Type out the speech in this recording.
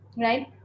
right